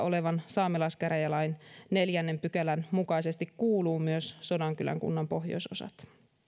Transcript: olevan saamelaiskäräjälain neljännen pykälän mukaisesti kuuluvat myös sodankylän kunnan pohjoisosat